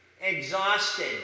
exhausted